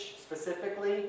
specifically